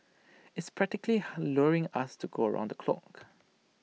it's practically luring us to go round the clock